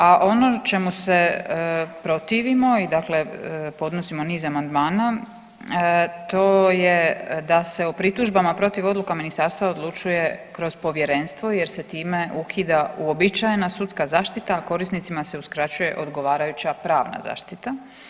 A ono čemu se protivimo i podnosimo, niz amandmana to je da se o pritužbama protiv odluka ministarstva odlučuje kroz povjerenstvo jer se time ukida uobičajena sudska zaštita, korisnicima se uskraćuje odgovarajuća pravna zaštita.